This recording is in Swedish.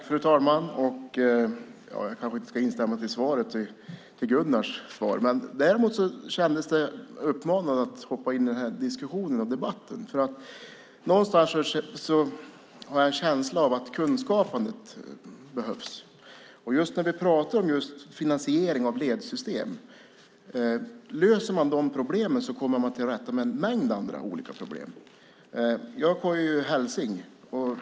Fru talman! Jag kände mig manad att hoppa in i den här diskussionen och debatten. Jag har en känsla av att kunskapen behövs. Om man löser finansieringen av ledsystem kommer man till rätta med en mängd andra problem. Jag är hälsing.